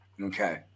okay